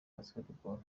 basketball